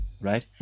right